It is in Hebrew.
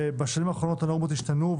בשנים האחרונות הנורמות השתנו,